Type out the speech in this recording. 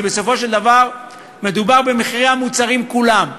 כי בסופו של דבר מדובר במחירי המוצרים כולם.